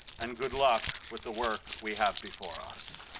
and good luck with the work we have before us.